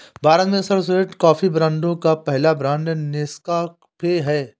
भारत में सर्वश्रेष्ठ कॉफी ब्रांडों का पहला ब्रांड नेस्काफे है